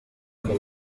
aka